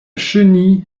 chenille